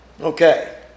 okay